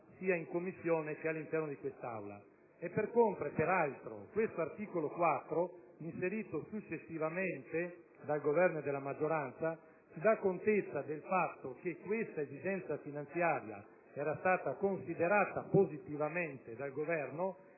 sia in Commissione che all'interno di quest'Aula. Per contro, questo articolo 4, inserito successivamente dal Governo e dalla maggioranza, ci dà peraltro contezza del fatto che questa esigenza finanziaria era stata considerata positivamente dal Governo,